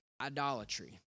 idolatry